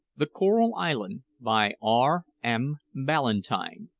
the coral island, by r m. ballantyne.